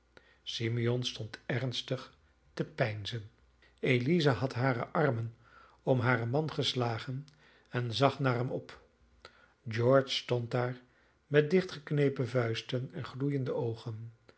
simeon stond ernstig te peinzen eliza had hare armen om haren man geslagen en zag naar hem op george stond daar met dichtgeknepen vuisten en gloeiende oogen